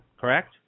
correct